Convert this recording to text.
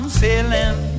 sailing